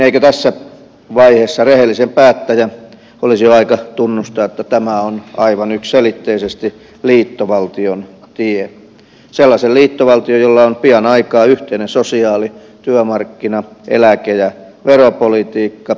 eikö tässä vaiheessa rehellisen päättäjän olisi jo aika tunnustaa että tämä on aivan yksiselitteisesti liittovaltion tie sellaisen liittovaltion jolla on pian aikaa yhteinen sosiaali työmarkkina eläke ja veropolitiikka